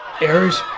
Errors